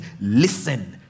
listen